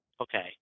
Okay